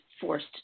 forced